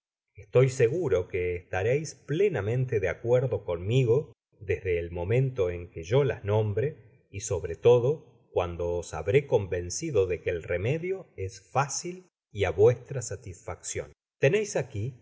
estoy seguro que estareis plenamente de acuerdo conmigo desde el momento en que yo las nombre y sobre todo cuando os habré convencido de que el remedio es fácil y á vuestra satisfaccion teneis aqui